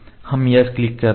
हम yes click करते हैं